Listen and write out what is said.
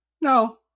No